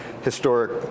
historic